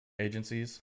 agencies